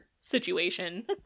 situation